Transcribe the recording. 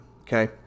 okay